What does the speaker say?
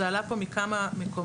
זה עלה פה מכמה מקומות.